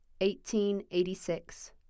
1886